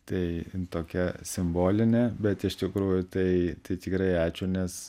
tai tokia simbolinė bet iš tikrųjų tai tai tikrai ačiū nes